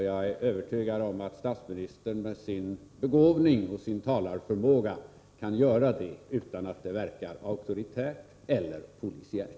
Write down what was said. Jag är övertygad om att statsministern med sin begåvning och talarförmåga kan göra detta utan att det verkar auktoritärt eller polisiärt.